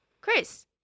Chris